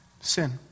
sin